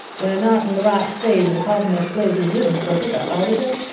we're not in the right phase of the cosmos-places rhythm for a pick-up, are we, sir?